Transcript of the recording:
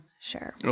Sure